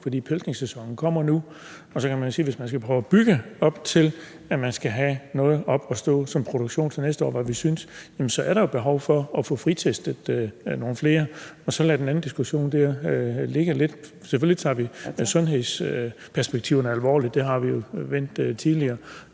fordi pelsningssæsonen kommer nu. Og så kan man sige, at hvis man skal prøve at bygge op, i forhold til at man skal have en produktion op at stå til næste år, hvilket vi synes man skal, så er der jo behov for at få fritestet nogle flere. Og så kan man lade den anden diskussion ligge lidt. Selvfølgelig tager vi sundhedsperspektiverne alvorligt – det har vi jo vendt tidligere.